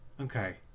Okay